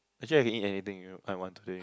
actually I can eat anything I want today